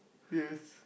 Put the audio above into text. yes